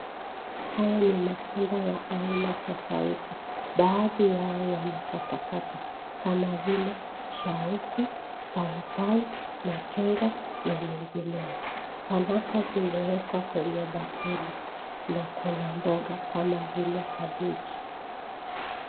Haya ni matunda ya aina tofauti. Baadhi yao yamekatwa katwa kama vile shauku, paipai, machungwa na mengineyo. Fanaka zimewekwa kwenye bakuli na kuna mboga kama vile kabichi.